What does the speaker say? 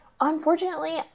unfortunately